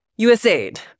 USAID